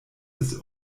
des